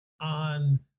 on